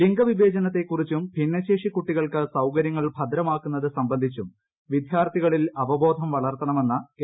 ലിംഗ വിവേചനത്തെക്കുറിച്ചും ഭിന്നശേഷി കുട്ടികൾക്ക് സൌകരൃങ്ങൾ ഭദ്രമാക്കുന്നത് സംബന്ധിച്ചും വിദ്യാർത്ഥികളിൽ അവബോധം വളർത്തണമെന്ന് കേരള ഗവർണർ